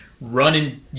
running